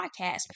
podcast